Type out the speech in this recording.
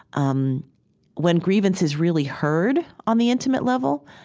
um when grievance is really heard on the intimate level,